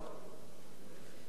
חבר הכנסת רוברט טיבייב,